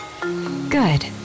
Good